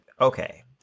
okay